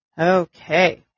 Okay